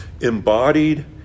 embodied